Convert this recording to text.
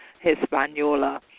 Hispaniola